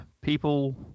people